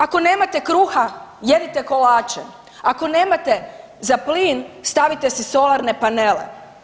Ako nemate kruga, jedite kolače, ako nemate za plin, stavite si solarne panele.